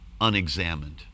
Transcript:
unexamined